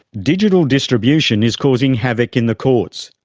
digital distribution is causing havoc in the courts,